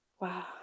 Wow